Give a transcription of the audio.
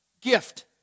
gift